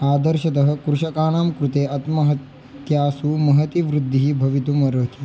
आदर्शतः कृषकाणां कृते आत्महत्यासु महती वृद्धिः भवितुम् अर्हति